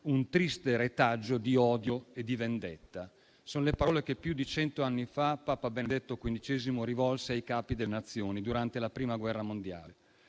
triste retaggio di odio e di vendetta: ho citato le parole che, più di cento anni fa, papa Benedetto XV rivolse ai capi delle Nazioni durante la Prima guerra mondiale.